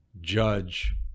judge